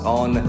on